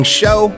show